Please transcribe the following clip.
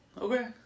Okay